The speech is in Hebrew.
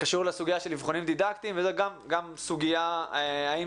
קשור לסוגיה של אבחונים דידקטיים וזאת גם סוגיה האם